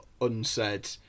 unsaid